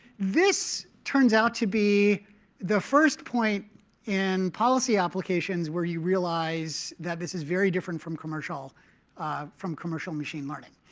this turns out to be the first point in policy applications where you realize that this is very different from commercial from commercial machine learning.